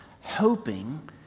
hoping